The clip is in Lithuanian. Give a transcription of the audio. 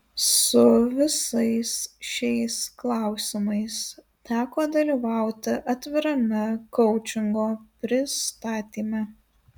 su visais šiais klausimais teko dalyvauti atvirame koučingo pristatyme